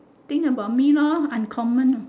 think about me lor uncommon